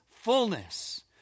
fullness